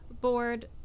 board